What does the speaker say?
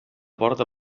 porta